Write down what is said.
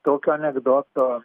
tokio anekdoto